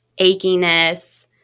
achiness